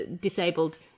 disabled